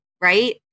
right